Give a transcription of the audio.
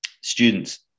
students